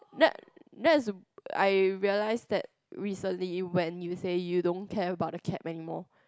that that's I realize that recently when you say you don't care about the cap anymore